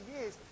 years